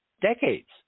decades